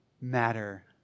matter